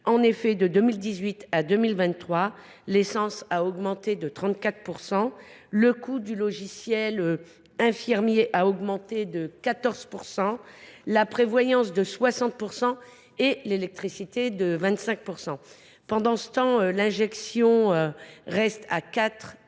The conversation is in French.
: de 2018 à 2023, l’essence a augmenté de 34 %, le coût du logiciel infirmier de 14 %, la prévoyance de 60 % et l’électricité de 25 %. Pendant ce temps, l’injection est